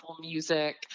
Music